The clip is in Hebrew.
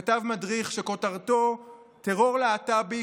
כתב מדריך שכותרתו: "טרור להט"בי,